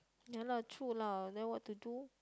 ya lah true lah then what to do